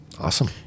awesome